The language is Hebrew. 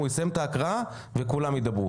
הוא יסיים את ההקראה וכולם ידברו.